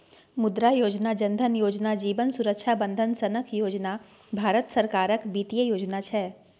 मुद्रा योजना, जन धन योजना, जीबन सुरक्षा बंदन सनक योजना भारत सरकारक बित्तीय योजना छै